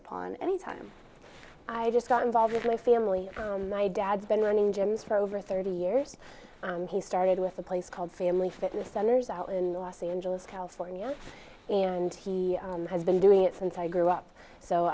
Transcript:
upon any time i just got involved with my family my dad's been running gyms for over thirty years and he started with a place called family fitness centers out in los angeles california and he has been doing it since i grew up so